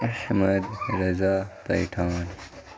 Ahmad Raza تیٹھان